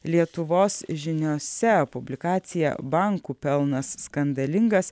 lietuvos žiniose publikacija bankų pelnas skandalingas